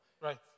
Right